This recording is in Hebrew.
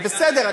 זה בסדר.